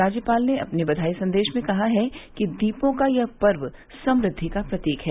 राज्यपाल ने अपने बधाई संदेश में कहा है कि दीपों का यह पर्व समृद्धि का प्रतीक है